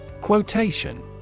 Quotation